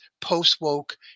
post-woke